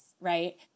right